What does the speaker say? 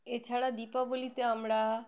এছাড়া দীপাবলিতে আমরা